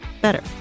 better